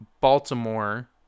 Baltimore